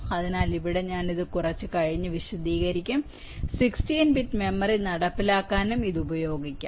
അതിനാൽ ഇവിടെ ഞാൻ ഇത് കുറച്ച് കഴിഞ്ഞ് വിശദീകരിക്കും 16 ബിറ്റ് മെമ്മറി നടപ്പിലാക്കാനും ഇത് ഉപയോഗിക്കാം